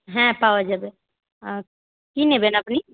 হ্যাঁ পাওয়া যাবে কী নেবেন আপনি